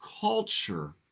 culture